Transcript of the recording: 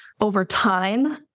overtime